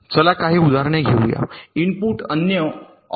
चला काही उदाहरणे घेऊ या 3 इनपुट अन्य ओर